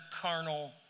carnal